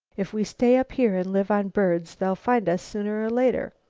if we stay up here and live on birds they'll find us sooner or later.